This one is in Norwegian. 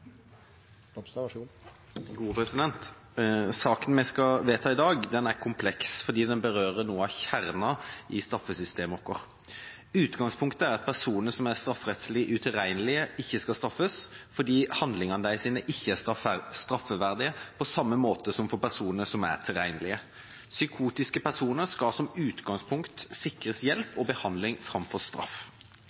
kompleks fordi den berører noe av kjernen i straffesystemet vårt. Utgangspunktet er at personer som er strafferettslig utilregnelige, ikke skal straffes, fordi handlingene deres ikke er straffverdige på samme måte som hos personer som er tilregnelige. Psykotiske personer skal som utgangspunkt sikres hjelp og behandling framfor straff.